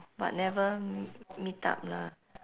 but never meet up lah